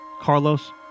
Carlos